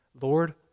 Lord